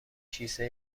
کیسه